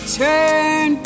turn